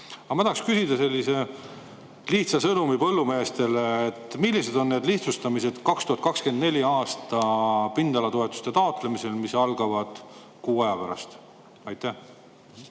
Aga ma tahaksin küsida sellist lihtsat sõnumit põllumeestele: millised on need lihtsustamised 2024. aasta pindalatoetuste taotlemisel, mis algab kuu aja pärast? Aitäh!